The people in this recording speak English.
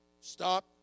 Stop